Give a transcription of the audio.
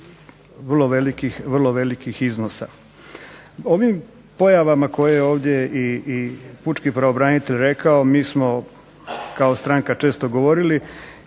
vrlo velikih iznosa. Ovim pojavama koje je ovdje i pučki pravobranitelj rekao mi smo kao stranka često govorili